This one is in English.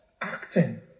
acting